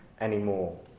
anymore